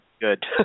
good